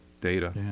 data